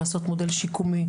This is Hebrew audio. לעשות מודל שיקומי,